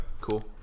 cool